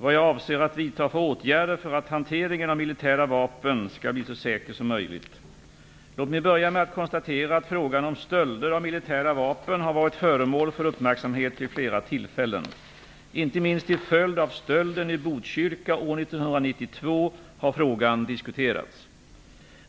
vad jag avser att vidta för åtgärder för att hanteringen av militära vapen skall bli så säker som möjligt. Låt mig börja med att konstatera att frågan om stölder av militära vapen har varit föremål för uppmärksamhet vid flera tillfällen. Inte minst till följd av stölden i Botkyrka år 1992 har frågan diskuterats.